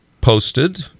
posted